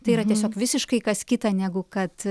tai yra tiesiog visiškai kas kita negu kad